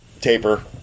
taper